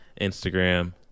Instagram